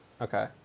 Okay